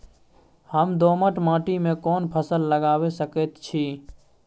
हम दोमट माटी में कोन फसल लगाबै सकेत छी?